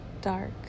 dark